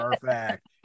perfect